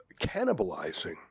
cannibalizing